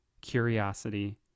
curiosity